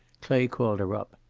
clay called her up.